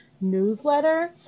newsletter